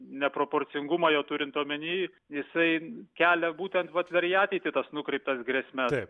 neproporcingumą jau turint omeny jisai kelia būtent vat ir į ateitį tas nukreiptas grėsmes